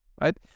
right